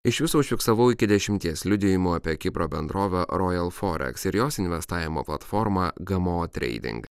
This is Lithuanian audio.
iš viso užfiksavau iki dešimties liudijimų apie kipro bendrovę royal forex ir jos investavimo platformą gamo trading